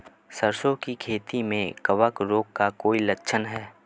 सरसों की खेती में कवक रोग का कोई लक्षण है?